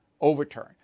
overturn